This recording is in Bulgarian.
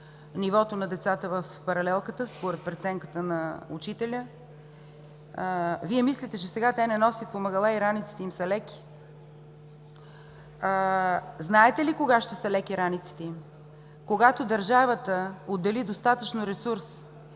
нивото на децата в паралелката, според преценката на учителя – и това е хубавото. Вие мислите, че сега те не носят помагала и раниците им са леки?! Знаете ли кога ще са леки раниците им? Когато държавата отдели достатъчно ресурс